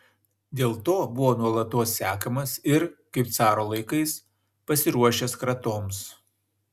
dėl to buvo nuolatos sekamas ir kaip caro laikais pasiruošęs kratoms